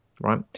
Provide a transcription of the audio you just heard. right